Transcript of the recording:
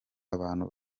abantu